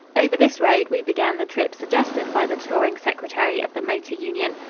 over this road we began the trip suggested by the touring secretary of the motor union.